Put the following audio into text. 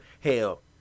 hell